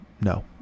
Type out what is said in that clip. No